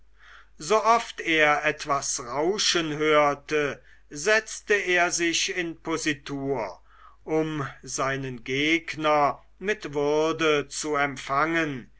sooft er etwas rauschen hörte setzte er sich in positur um seinen gegner mit würde zu empfangen